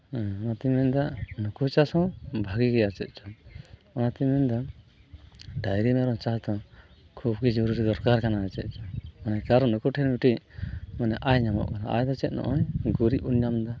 ᱦᱩᱸ ᱚᱱᱟᱛᱤᱧ ᱢᱮᱱ ᱮᱫᱟ ᱱᱩᱠᱩ ᱪᱟᱥ ᱦᱚᱸ ᱵᱷᱟᱹᱜᱤ ᱜᱮᱭᱟ ᱟᱨ ᱪᱮᱫ ᱪᱚᱝ ᱚᱱᱟᱛᱤᱧ ᱢᱮᱱ ᱮᱫᱟ ᱰᱟᱝᱨᱤ ᱢᱮᱨᱚᱢ ᱪᱟᱥ ᱫᱚ ᱠᱷᱩᱵ ᱜᱮ ᱡᱚᱨᱩᱲᱤ ᱫᱚᱨᱠᱟᱨ ᱠᱟᱱᱟ ᱪᱮᱫ ᱪᱚᱝ ᱠᱟᱨᱚᱱ ᱱᱩᱠᱩ ᱴᱷᱮᱱ ᱢᱤᱫᱴᱮᱱ ᱢᱟᱱᱮ ᱟᱭ ᱧᱟᱢᱚᱜᱠᱟᱱᱟ ᱟᱭ ᱫᱚ ᱪᱮᱫ ᱱᱚᱜᱼᱚᱭ ᱜᱩᱨᱤᱡ ᱵᱚᱱ ᱧᱟᱢ ᱮᱫᱟ